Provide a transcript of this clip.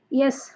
yes